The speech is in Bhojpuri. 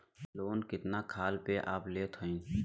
लोन कितना खाल के आप लेत हईन?